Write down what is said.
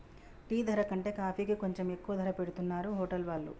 tea ధర కంటే కాఫీకి కొంచెం ఎక్కువ ధర పెట్టుతున్నరు హోటల్ వాళ్ళు